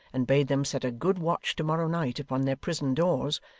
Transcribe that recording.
and bade them set a good watch to-morrow night upon their prison doors,